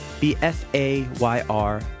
B-F-A-Y-R